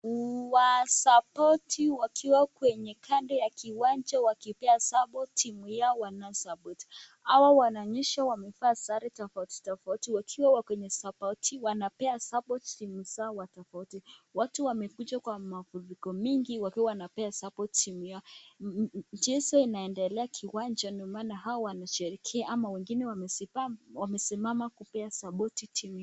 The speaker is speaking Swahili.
Wasapoti wakiwa kwenye kando ya kiwanja wakipea support timu yao wana suppor . Hawa wanaonyesha wamevaa sare tofauti tofauti. Wakiwa kwenye support , wanapea sapoti timu zao tofauti. Watu wamekuja kwenye mafuriko mingi wakiwa na pesa chini yao. Mchezo inaendelea kiwanja ndio maana hawa wanasherehekea ama wengine wamesimama kupea support timu.